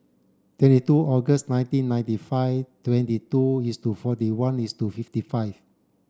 twenty two August nineteen ninety five twenty two is to forty one is to fifty five